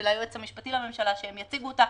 של היועץ המשפטי לממשלה והם יציגו אותה.